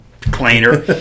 cleaner